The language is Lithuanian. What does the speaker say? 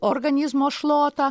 organizmo šluota